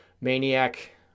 maniac